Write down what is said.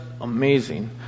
amazing